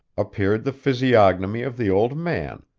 appeared the physiognomy of the old man,